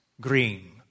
green